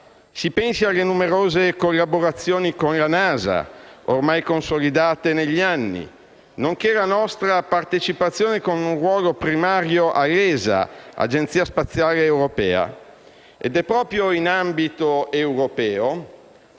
Si pensi alle numerose collaborazioni con la NASA, ormai consolidate negli anni, nonché alla nostra partecipazione con un ruolo primario all'ESA, Agenzia spaziale europea. Ed è proprio in ambito europeo